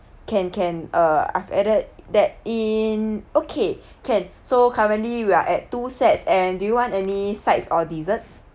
can can uh I've added that in okay can so currently we are at two sets and do you want any sides or desserts